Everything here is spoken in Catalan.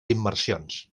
immersions